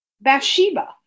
Bathsheba